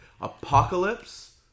Apocalypse